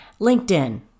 LinkedIn